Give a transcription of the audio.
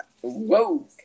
Whoa